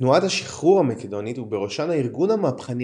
ותנועות השחרור המקדוניות ובראשן הארגון המהפכני